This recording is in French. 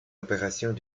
opérations